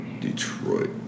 Detroit